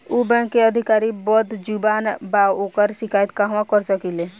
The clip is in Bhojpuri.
उ बैंक के अधिकारी बद्जुबान बा ओकर शिकायत कहवाँ कर सकी ले